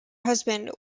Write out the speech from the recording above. husband